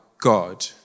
God